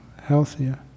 healthier